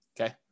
okay